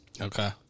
Okay